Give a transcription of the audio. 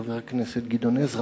חבר הכנסת גדעון עזרא.